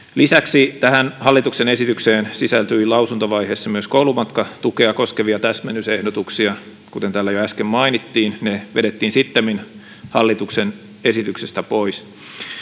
lisäksi hallituksen esitykseen sisältyi lausuntovaiheessa myös koulumatkatukea koskevia täsmennysehdotuksia kuten täällä jo äsken mainittiin ne vedettiin sittemmin hallituksen esityksestä pois